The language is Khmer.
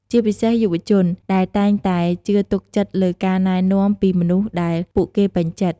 ជាពិសេសយុវជន ដែលតែងតែជឿទុកចិត្តលើការណែនាំពីមនុស្សដែលពួកគេពេញចិត្ត។